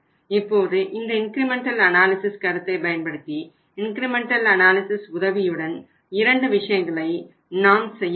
இப்போது இந்த incremental analysis உதவியுடன் இரண்டு விஷயங்களை நாம் நாம் செய்ய வேண்டும்